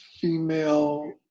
female